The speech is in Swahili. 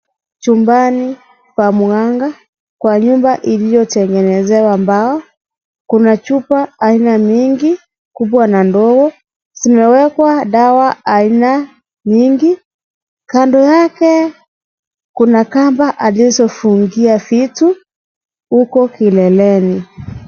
Chumbani pa mganga kwa nyumba iliyotengenezwa mbao. Kuna chupa aina mingi kubwa na ndogo. Zimewekwa dawa aina nyingi. Kando yake kuna kamba alizofungia vitu huko kileleni.